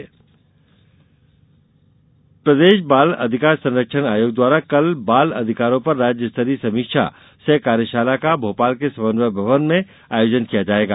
कार्यशाला प्रदेश बाल अधिकार संरक्षण आयोग द्वारा कल बाल अधिकारों पर राज्य स्तरीय समीक्षा सह कार्यशाला का भोपाल के समन्वय भवन में आयोजन किया जायेगा